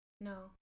no